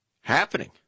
happening